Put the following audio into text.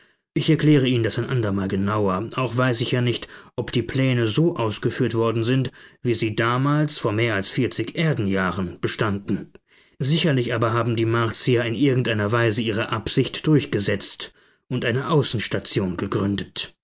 ich erkläre ihnen das ein andermal genauer auch weiß ich ja nicht ob die pläne so ausgeführt worden sind wie sie damals vor mehr als vierzig erdenjahren bestanden sicherlich aber haben die martier in irgendeiner weise ihre absicht durchgesetzt und eine außenstation gegründet